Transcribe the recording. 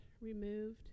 removed